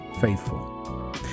faithful